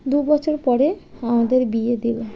দুবছর পরে আমাদের বিয়ে দিল